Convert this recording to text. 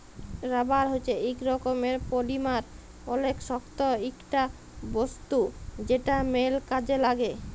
rubber হচ্যে ইক রকমের পলিমার অলেক শক্ত ইকটা বস্তু যেটা ম্যাল কাজে লাগ্যে